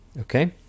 Okay